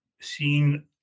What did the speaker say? seen